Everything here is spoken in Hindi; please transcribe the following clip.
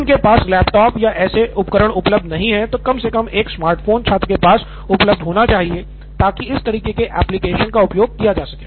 यदि उनके पास लैपटॉप या ऐसे उपकरण उपलब्ध नहीं हैं तो कम से कम एक स्मार्टफोन छात्र के पास उपलब्ध होना चाहिए ताकि इस तरह के एप्लिकेशन का उपयोग किया जा सके